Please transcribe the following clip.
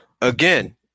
again